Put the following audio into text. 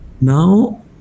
now